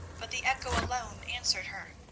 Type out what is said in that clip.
but the echo alone answered her.